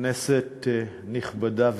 כנסת נכבדה וריקה,